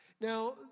Now